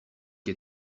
qui